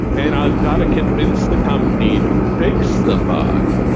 and i've got to convince the company to fix the bog.